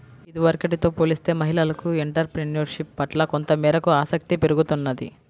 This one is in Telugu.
ఇదివరకటితో పోలిస్తే మహిళలకు ఎంటర్ ప్రెన్యూర్షిప్ పట్ల కొంతమేరకు ఆసక్తి పెరుగుతున్నది